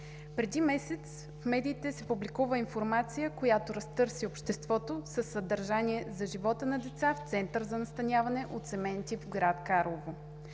Преди месец в медиите се публикува информация, която разтърси обществото със съдържание за живота на деца в Център за настаняване от семеен тип в град Карлово.